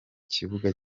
kibuga